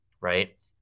right